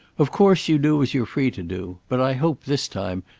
of course you do as you're free to do. but i hope, this time,